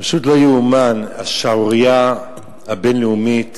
פשוט לא ייאמן, השערורייה הבין-לאומית